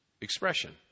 expression